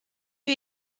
you